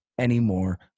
anymore